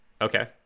Okay